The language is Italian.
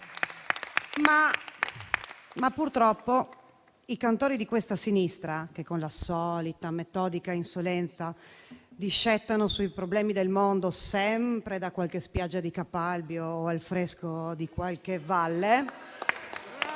Ma purtroppo i cantori di questa sinistra, che con la solita, metodica insolenza discettano sui problemi del mondo sempre da qualche spiaggia di Capalbio o al fresco di qualche valle